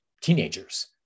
teenagers